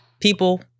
People